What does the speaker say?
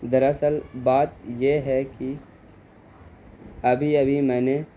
دراصل بات یہ ہے کہ ابھی ابھی میں نے